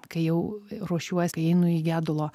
kai jau ruošiuos kai einu į gedulo